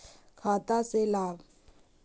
खाता से लाभ?